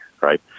right